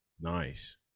Nice